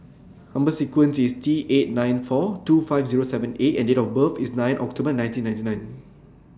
Number sequence IS T eight nine four two five Zero seven A and Date of birth IS nine October nineteen ninety nine